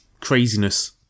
craziness